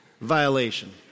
violation